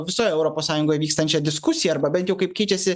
visoj europos sąjungoj vykstančią diskusiją arba bent jau kaip keičiasi